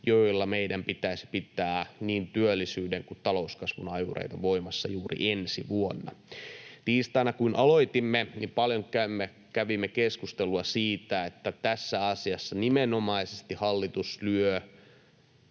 joilla meidän pitäisi pitää niin työllisyyden kuin talouskasvun ajureita voimassa juuri ensi vuonna. Tiistaina, kun aloitimme, kävimme paljon keskustelua siitä, että tässä asiassa nimenomaisesti hallitus lyö